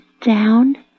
down